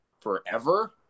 forever